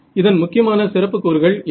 இதன் முக்கியமான சிறப்புக்கூறுகள் என்ன